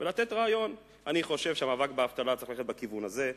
ולתת רעיון: אני חושב שהמאבק באבטלה צריך ללכת בכיוון הזה,